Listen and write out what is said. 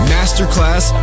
Masterclass